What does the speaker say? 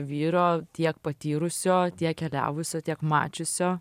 vyro tiek patyrusio tiek keliavusio tiek mačiusio